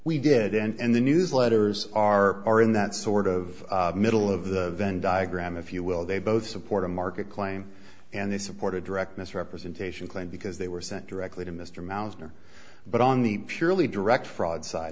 did end the newsletters are are in that sort of middle of the venn diagram if you will they both support a market claim and they support a direct misrepresentation claim because they were sent directly to mr mouser but on the purely direct fraud side